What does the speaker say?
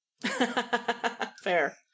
fair